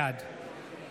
בעד